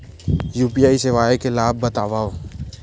UPI सेवाएं के लाभ बतावव?